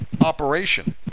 operation